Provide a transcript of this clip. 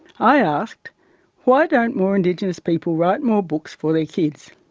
i asked why don't more indigenous people write more books for their kids?